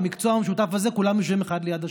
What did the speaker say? ובמקצוע המשותף הזה כולם יושבים אחד ליד השני.